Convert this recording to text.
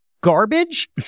garbage